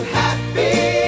happy